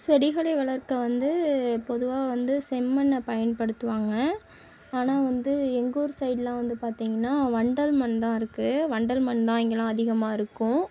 செடிகளை வளர்க்க வந்து பொதுவாக வந்து செம்மண்ணை பயன்படுத்துவாங்கள் ஆனால் வந்து எங்கூர் சைடுலாம் வந்து பார்த்திங்கனா வண்டர் மண் தான் இருக்குது வண்டல் மண் தான் இங்கேலாம் அதிகமாக இருக்கும்